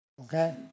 Okay